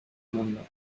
mundo